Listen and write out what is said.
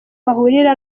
bahurira